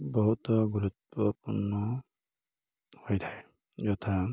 ବହୁତ ଗୁରୁତ୍ୱପୂର୍ଣ୍ଣ ହୋଇଥାଏ ଯଥା